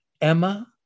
Emma